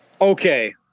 Okay